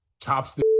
tops